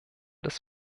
des